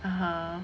(uh huh)